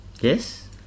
yes